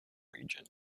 region